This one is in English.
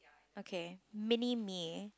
okay mini me